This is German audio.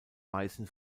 meißen